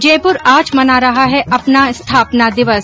जयपुर आज मना रहा है अपना स्थापना दिवस